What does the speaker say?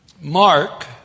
Mark